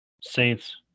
Saints